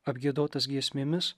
apgiedotas giesmėmis